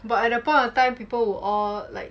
but at that point of time people were all like